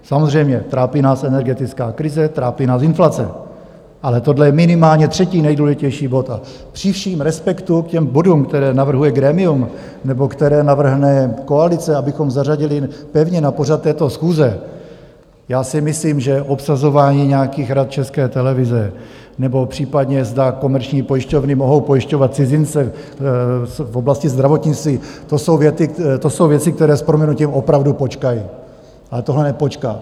Samozřejmě, trápí nás energetická krize, trápí nás inflace, ale tohle je minimálně třetí nejdůležitější bod, a při všem respektu k bodům, které navrhuje grémium nebo které navrhne koalice, abychom zařadili pevně na pořad této schůze, si myslím, že obsazování nějakých rad České televize nebo případně, zda komerční pojišťovny mohou pojišťovat cizince v oblasti zdravotnictví, to jsou věci, které s prominutím opravdu počkají, ale tohle nepočká.